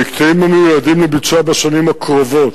במקטעים המיועדים לביצוע בשנים הקרובות,